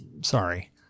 sorry